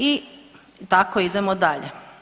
I tako idemo dalje.